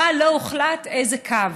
אבל לא הוחלט איזה קו,